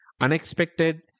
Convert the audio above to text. unexpected